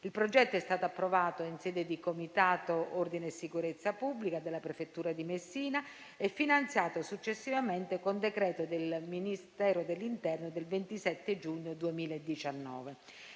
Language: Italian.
Il progetto è stato approvato in sede di Comitato ordine e sicurezza pubblica della prefettura di Messina e finanziato successivamente con decreto del Ministero dell'interno del 27 giugno 2019.